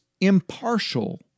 impartial